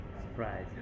Surprise